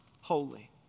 holy